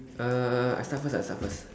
uh I start first I start first